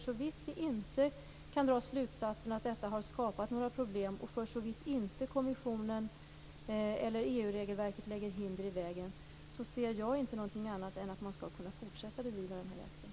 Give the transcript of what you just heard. Såvitt vi inte kan dra slutsatsen att den har skapat några problem och såvitt inte kommissionen eller EU-regelverket lägger hinder i vägen, ser jag inte någonting annat än att man skall kunna fortsätta att bedriva jakten.